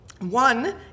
One